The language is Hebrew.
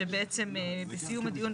שבעצם בסיום הדיון,